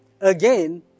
again